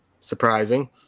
surprising